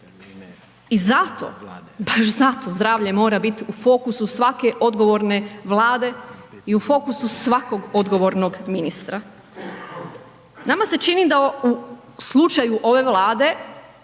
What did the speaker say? I zato, baš zato zdravlje mora biti u fokusu svake odgovorne vlade i u fokusu svakog odgovornog ministra. Nama se čini da u slučaju ove Vlade